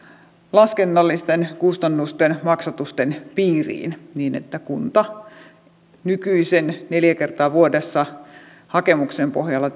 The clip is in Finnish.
laskennallisten kustannusten maksatusten piiriin niin että kunta nykyisten neljä kertaa vuodessa hakemuksen pohjalta